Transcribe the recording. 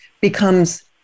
becomes